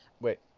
wait